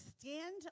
stand